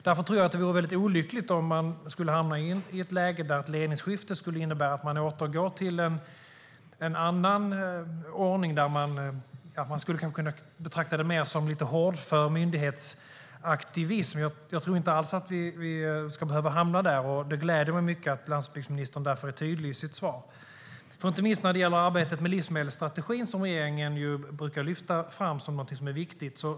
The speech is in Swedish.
Därför vore det olyckligt om regeringen skulle hamna i ett läge där ett ledningsskifte innebär att myndigheten återgår till en annan ordning med mer hårdför myndighetsaktivism. Vi ska inte behöva hamna där. Det gläder mig mycket att landsbygdsministern därför är tydlig i sitt svar. Inte minst arbetet med livsmedelsstrategin brukar regeringen lyfta fram som viktigt.